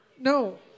No